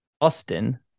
Austin